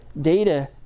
data